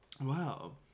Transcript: Wow